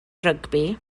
rygbi